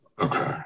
Okay